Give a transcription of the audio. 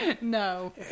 no